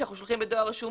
כשאנחנו שולחים בדואר רשום,